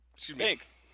Thanks